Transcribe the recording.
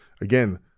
again